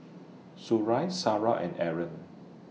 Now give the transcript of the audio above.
Suria Sarah and Aaron